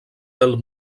del